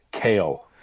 kale